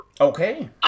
Okay